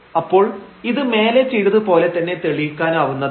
അപ്പോൾ ഇത് മേലെ ചെയ്തത് പോലെ തന്നെ തെളിയിക്കാനാവുന്നതാണ്